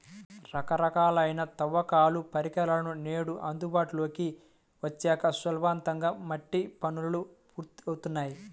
రకరకాలైన తవ్వకాల పరికరాలు నేడు అందుబాటులోకి వచ్చాక సులభంగా మట్టి పనులు పూర్తవుతున్నాయి